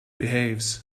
behaves